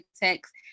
text